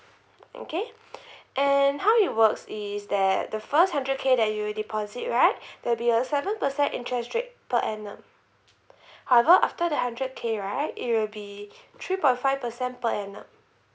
okay and how it works is that the first hundred K that you deposit right there'll be a seven percent interest rate per annum however after the hundred K right it will be three point five percent per annum